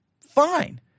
Fine